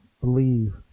believe